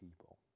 people